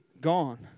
gone